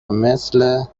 مثل